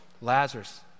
Lazarus